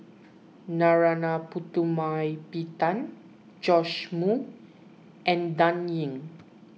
Narana Putumaippittan Joash Moo and Dan Ying